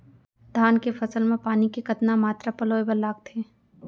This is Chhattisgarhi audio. धान के फसल म पानी के कतना मात्रा पलोय बर लागथे?